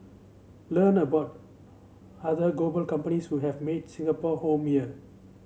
learn about other global companies who have made Singapore home here